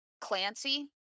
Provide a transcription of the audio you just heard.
Clancy